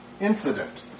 incident